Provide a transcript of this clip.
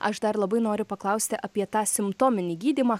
aš dar labai noriu paklausti apie tą simptominį gydymą